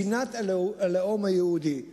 מדינת הלאום היהודי.